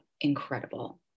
incredible